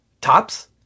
Tops